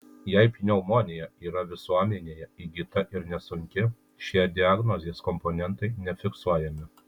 jei pneumonija yra visuomenėje įgyta ir nesunki šie diagnozės komponentai nefiksuojami